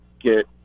get